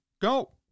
Go